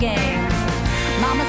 Mama